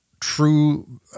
true